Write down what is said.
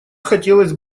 хотелось